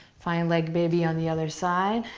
find leg baby on the other side.